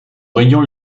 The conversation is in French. rayons